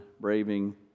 braving